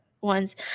ones